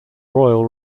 royal